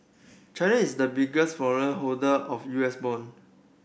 China is the biggest foreign holder of U S bond